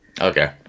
Okay